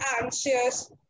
anxious